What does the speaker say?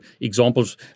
examples